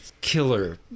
Killer